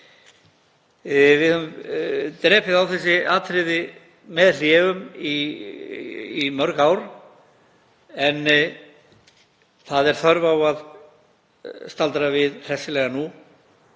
Við höfum drepið á þessi atriði með hléum í mörg ár en það er þörf á að staldra við hressilega nú